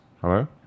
Hello